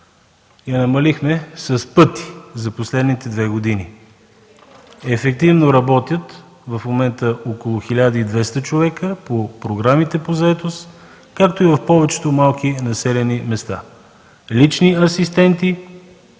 я намалихме с пъти за последните две години. Ефективно в момента работят около 1200 човека по програмите по заетост, както и в повечето малки населени места – лични асистенти,